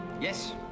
Yes